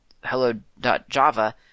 hello.java